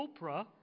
oprah